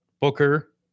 Booker